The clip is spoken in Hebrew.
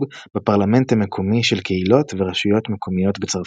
בפרלמנט המקומי של קהילות ורשויות מקומיות בצרפת.